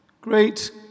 great